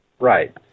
Right